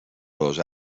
dos